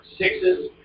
Sixes